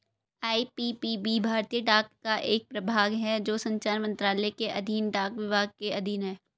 IPPB भारतीय डाक का एक प्रभाग है जो संचार मंत्रालय के अधीन डाक विभाग के अधीन है